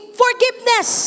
forgiveness